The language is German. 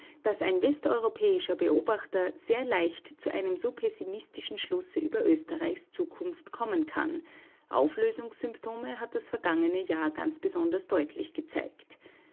daß ein westeuropäischer beobachter sehr leicht zu einem so pessimistischen schlusse über österreichs zukunft kommen kann auflösungssymptome hat das vergangene jahr ganz besonders deutlich gezeigt